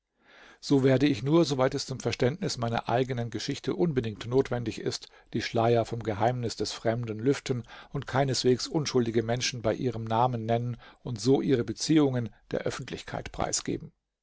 so werde ich nur soweit es zum verständnis meiner eigenen geschichte unbedingt notwendig ist die schleier vom geheimnis des fremden lüften und keineswegs unschuldige menschen bei ihrem namen nennen und so ihre beziehungen der öffentlichkeit preisgeben